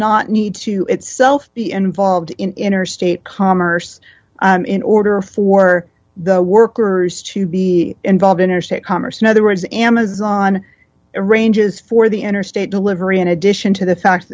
not need to itself be involved in interstate commerce in order for the workers to be involved interstate commerce in other words amazon arranges for the interstate delivery in addition to the fact